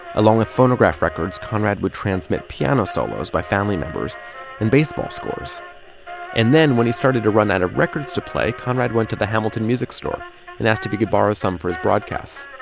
along with phonograph records, conrad would transmit piano solos by family members and baseball scores and then when he started to run out of records to play, conrad went to the hamilton music store and asked if he could borrow some for his broadcasts.